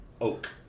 oak